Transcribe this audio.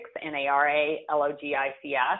N-A-R-A-L-O-G-I-C-S